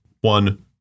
One